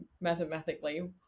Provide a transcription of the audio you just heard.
mathematically